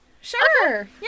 sure